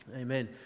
Amen